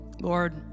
Lord